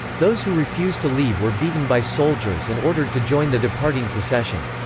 those who refused to leave were beaten by soldiers and ordered to join the departing procession.